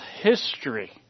history